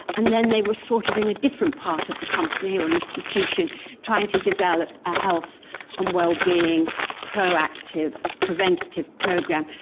and then they were sort of in a different part of the company or an institution trying to develop a health and well-being proactive preventative program,